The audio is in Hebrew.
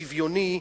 שוויוני,